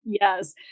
Yes